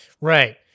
Right